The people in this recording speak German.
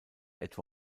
etwa